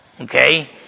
Okay